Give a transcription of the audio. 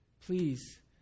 please